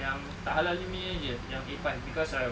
yang tak halal punya iya yang A five cause um